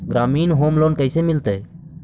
ग्रामीण home loan कैसे मिलतै?